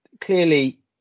clearly